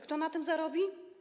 Kto na tym zarobi?